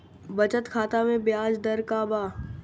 बचत खाता मे ब्याज दर का बा?